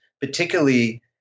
particularly